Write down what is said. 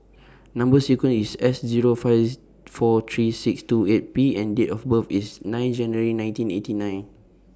Number sequence IS S Zero five four three six two eight P and Date of birth IS nine January nineteen eighty nine